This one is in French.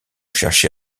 cherché